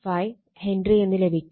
7265 Henry എന്ന് ലഭിക്കും